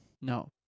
No